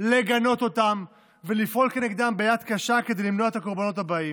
לגנות ולפעול כנגדם ביד קשה כדי למנוע את הקורבנות הבאים.